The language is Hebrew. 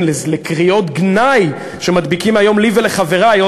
לקריאות הגנאי שמדביקים היום לי ולחברי,